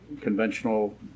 conventional